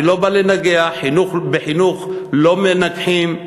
אני לא בא לנגח, בחינוך לא מנגחים.